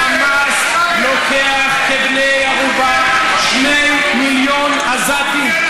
החמאס לוקח כבני ערובה שני מיליון עזתים,